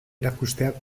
erakusteak